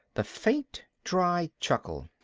the faint dry chuckle.